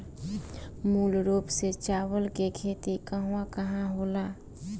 मूल रूप से चावल के खेती कहवा कहा होला?